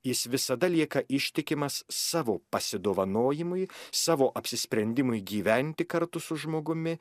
jis visada lieka ištikimas savo pasidovanojimui savo apsisprendimui gyventi kartu su žmogumi